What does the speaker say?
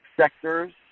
sectors